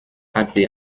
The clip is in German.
hatte